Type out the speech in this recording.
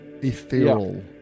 ethereal